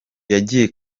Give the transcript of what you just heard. yagiye